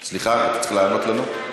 סליחה, אתה צריך לענות לנו.